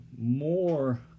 more